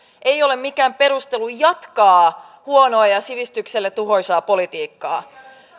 ei ole mikään perustelu jatkaa huonoa ja sivistykselle tuhoisaa politiikkaa